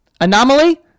Anomaly